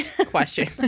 question